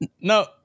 no